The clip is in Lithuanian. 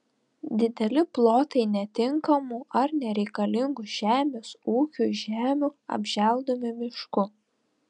dideli plotai netinkamų ar nereikalingų žemės ūkiui žemių apželdomi mišku